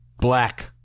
black